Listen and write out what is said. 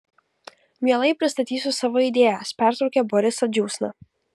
mielai pristatysiu savo idėjas pertraukė borisą džiūsna